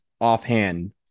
offhand